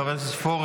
חבר הכנסת פורר,